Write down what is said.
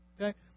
okay